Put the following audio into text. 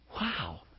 Wow